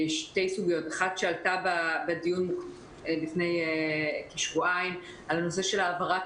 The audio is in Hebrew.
אחת שעלתה בדיון לפני כשבועיים על הנושא של העברת